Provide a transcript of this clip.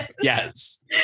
Yes